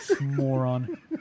Moron